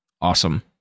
awesome